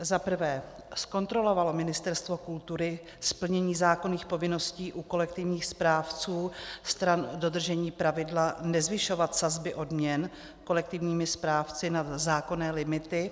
Za prvé, zkontrolovalo Ministerstvo kultury splnění zákonných povinností u kolektivních správců stran dodržení pravidla nezvyšovat sazby odměn kolektivními správci nad zákonné limit?